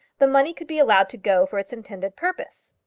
the money could be allowed to go for its intended purpose.